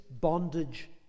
bondage